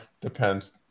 depends